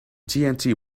tnt